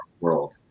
world